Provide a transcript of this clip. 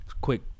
quick